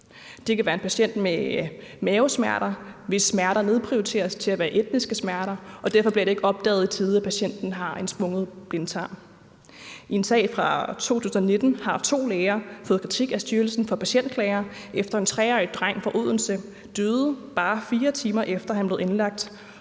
Det kan være en patient med mavesmerter, hvis smerter nedprioriteres til at være etniske smerter, og hvor det derfor ikke bliver opdaget i tide, at patienten har en sprængt blindtarm. I en sag fra 2019 har to læger fået kritik af Styrelsen for Patientklager, efter at en 3-årig dreng fra Odense døde, bare 4 timer efter at han blev indlagt.